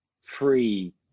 free